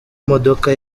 modoka